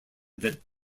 that